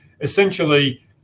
Essentially